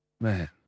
Man